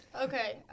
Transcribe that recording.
Okay